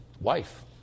wife